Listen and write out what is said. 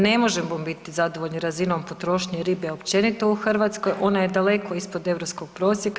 Ne možemo biti zadovoljni razinom potrošnje ribe općenito u Hrvatskoj, ona je daleko ispod europskog prosjeka.